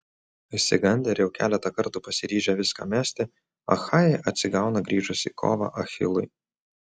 išsigandę ir jau keletą kartų pasiryžę viską mesti achajai atsigauna grįžus į kovą achilui